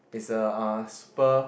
is a ah super